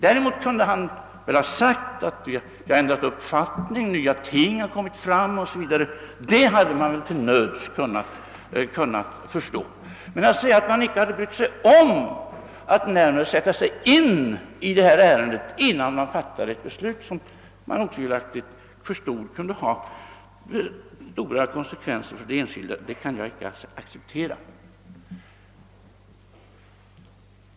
Däremot kunde man naturligtvis ha sagt att »nya ting har kommit fram, vi har ändrat uppfattning» — det hade man till nöds kunnat förstå. Men att säga att man inte hade brytt sig om att sätta sig in i ärendet, innan man fattade ett beslut som man förstod skulle få allvarliga konsekvenser för enskilda, kan jag inte acceptera.